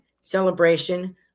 celebration